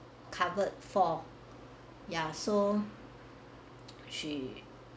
covered for ya so she